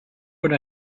what